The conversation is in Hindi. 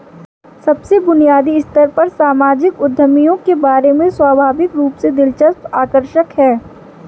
सबसे बुनियादी स्तर पर सामाजिक उद्यमियों के बारे में स्वाभाविक रूप से दिलचस्प आकर्षक है